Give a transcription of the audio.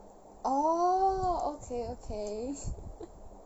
orh okay okay